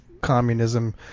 communism